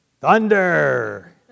Thunder